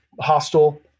hostile